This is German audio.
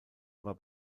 war